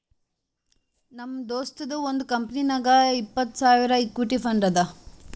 ನಮ್ ದೋಸ್ತದು ಒಂದ್ ಕಂಪನಿನಾಗ್ ಇಪ್ಪತ್ತ್ ಸಾವಿರ್ ಇಕ್ವಿಟಿ ಫಂಡ್ ಅದಾ